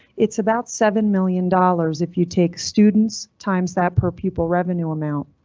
it's about seven million dollars. if you take students times that per pupil revenue amount.